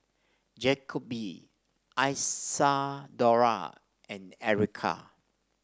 Jacoby Isadora and Erykah